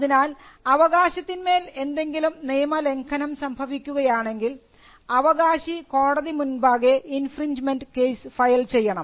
അതിനാൽ അവകാശത്തിന്മേൽ എന്തെങ്കിലും നിയമലംഘനം സംഭവിക്കുകയാണെങ്കിൽ അവകാശി കോടതി മുൻപാകെ ഇൻഫ്രിൻജ്മെൻറ് കേസ് ഫയൽ ചെയ്യണം